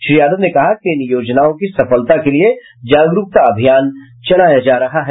श्री यादव ने कहा कि इन योजनाओं की सफलता के लिए जागरूकता अभियान चलाया जा रहा है